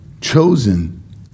chosen